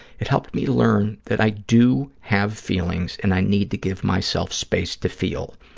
it helped me learn that i do have feelings and i need to give myself space to feel.